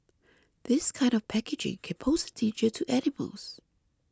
this kind of packaging can pose a danger to animals